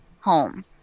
home